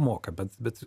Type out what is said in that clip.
moka bet bet